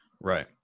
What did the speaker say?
Right